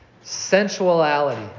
Sensuality